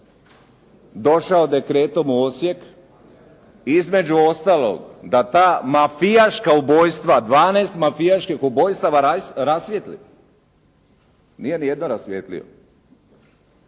došao dekretom u Osijek, između ostalog da ta mafijaška ubojstva, 12 mafijaških ubojstava rasvijetli. Nije nijedno rasvijetlio.